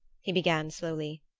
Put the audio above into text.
he began slowly,